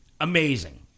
Amazing